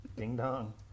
Ding-dong